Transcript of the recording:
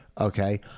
Okay